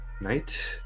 night